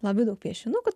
labai daug piešinukų